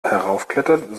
heraufklettert